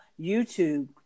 YouTube